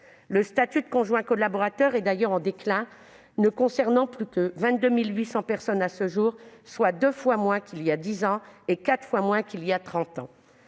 Le statut de conjoint collaborateur est, d'ailleurs, en déclin : il ne concerne plus que 22 800 personnes à ce jour, soit deux fois moins qu'il y a dix ans et quatre fois moins qu'il y a trente